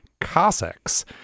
Cossacks